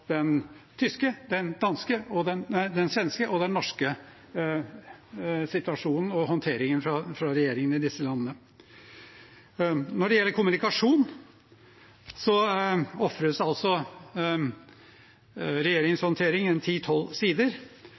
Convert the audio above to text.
den tyske, den svenske og den norske situasjonen og håndteringen til regjeringen i disse landene. Når det gjelder kommunikasjon, ofres altså regjeringens håndtering en 10–12 sider. Det er ikke særlig mye i en rapport på 455 sider,